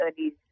early